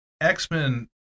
X-Men